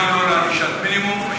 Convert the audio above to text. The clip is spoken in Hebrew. גם לא לענישת מינימום.